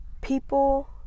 people